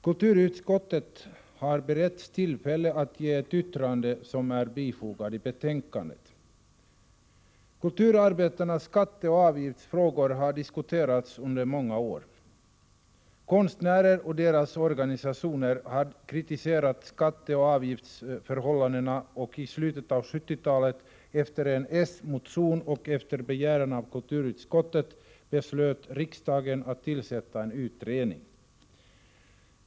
Kulturutskottet har beretts tillfälle att avge ett yttrande, som är bifogat till betänkandet. Kulturarbetarnas skatteoch avgiftsfrågor har diskuterats under många år. Konstnärerna och deras organisationer har kritiserat skatteoch avgiftsförhållandena, och i slutet av 1970-talet beslöt riksdagen efter en s-motion på kulturutskottets hemställan att begära att en utredning skulle tillsättas.